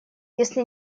если